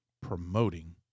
promoting